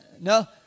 no